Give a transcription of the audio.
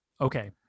Okay